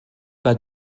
pas